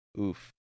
oof